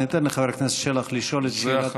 אני אתן לחבר הכנסת שלח לשאול את שאלתו.